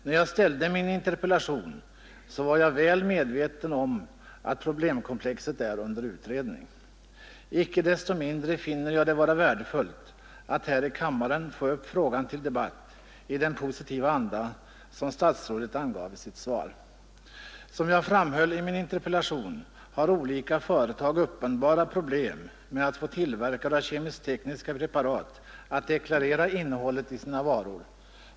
När jag ställde min interpellation var jag väl medveten om att problemkomplexet är under utredning. Icke desto mindre finner jag det vara värdefullt att här i kammaren få upp frågan till debatt i den positiva anda som statsrådet angav i sitt svar. Som jag framhöll i min interpellation har olika företag uppenbara problem med att få tillverkare av kemiskt-tekniska preparat att deklarera innehållet i sina varor.